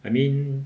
I mean